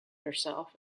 herself